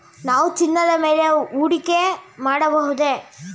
ನಾವು ಚಿನ್ನದ ಮೇಲೆ ಹೂಡಿಕೆ ಮಾಡಬಹುದೇ?